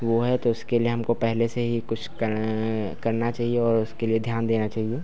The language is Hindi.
वह है तो उसके लिए हमको पहले से ही कुछ कर करना चहिए और उसके लिए ध्यान देना चहिए